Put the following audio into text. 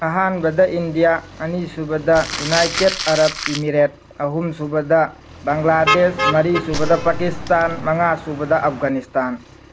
ꯑꯍꯥꯟꯕꯗ ꯏꯟꯗꯤꯌꯥ ꯑꯅꯤꯁꯨꯕꯗ United Arab Emirates ꯑꯍꯨꯝꯁꯨꯕꯗ ꯕꯪꯂꯥꯗꯦꯁ ꯃꯔꯤꯁꯨꯕꯗ ꯄꯥꯀꯤꯁꯇꯥꯟ ꯃꯉꯥꯁꯨꯕꯗ ꯑꯐꯒꯥꯟꯅꯤꯁꯇꯥꯟ